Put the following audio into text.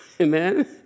Amen